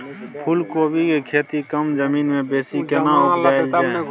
फूलकोबी के खेती कम जमीन मे बेसी केना उपजायल जाय?